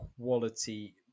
quality